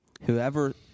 whoever